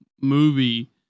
movie